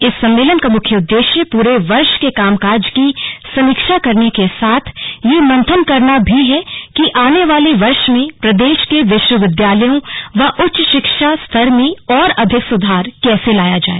इस सम्मेलन का मुख्य उद्देश्य पूरे वर्ष के कामकाज की समीक्षा करने के साथ यह मंथन करना भी है कि आने वाले वर्ष में प्रदेश के विश्वविद्यालयों व उच्च शिक्षा के स्तर में और अधिक सुधार कैसे लाया जाए